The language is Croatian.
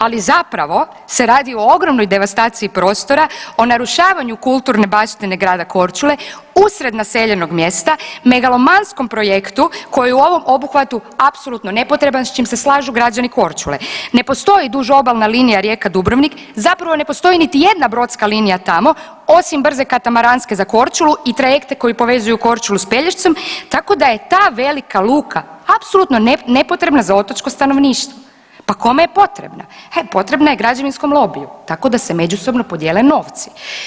Ali zapravo se radi o ogromnoj devastaciji prostora, o narušavanju kulturne baštine grada Korčule usred naseljenog mjesta, megalomanskom projektu koji je u ovom obuhvatu apsolutno nepotreban s čim se slažu građani Korčule, ne postoji duž obalna linija Rijeka-Dubrovnik, zapravo ne postoji niti jedna brodska linija tamo osim brze katamaranske za Korčulu i trajekte koji povezuju Korčulu s Pelješcem, tako da je ta velika luka apsolutno nepotrebna za otočko stanovništvo, pa kome je potrebna, e potrebna je građevinskom lobiju tako da se međusobno podijele novci.